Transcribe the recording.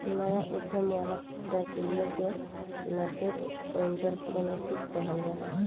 नाया उधम वाला प्रक्रिया के नासेंट एंटरप्रेन्योरशिप कहल जाला